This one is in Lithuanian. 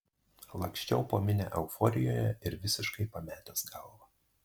laksčiau po minią euforijoje ir visiškai pametęs galvą